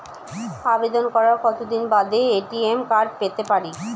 আবেদন করার কতদিন বাদে এ.টি.এম কার্ড পেতে পারি?